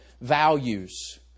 values